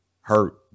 hurt